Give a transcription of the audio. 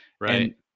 Right